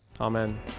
amen